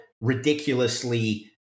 ridiculously